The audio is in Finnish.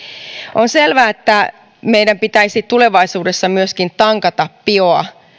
on selvää että meidän pitäisi tulevaisuudessa myöskin tankata bioa